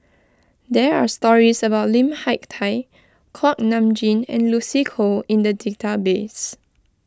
there are stories about Lim Hak Tai Kuak Nam Jin and Lucy Koh in the database